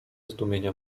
zdumienia